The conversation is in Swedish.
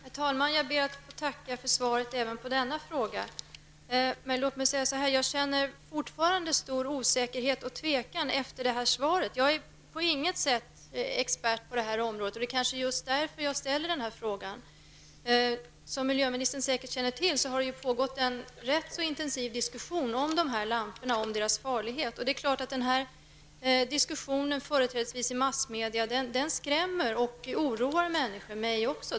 Herr talman! Jag ber att få tacka för svaret även på denna fråga. Jag känner fortfarande stor osäkerhet och tvekan efter det här svaret. Jag är på inget sätt expert på det här området. Det är kanske just därför som jag ställer den här frågan. Miljöministern känner säkert till att det pågått en ganska intensiv diskussion om de här lamporna och om deras farlighet. Det är klart att den här diskussionen -- företrädesvis i massmedia -- skrämmer och oroar människor, mig också.